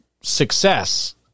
success